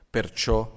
Perciò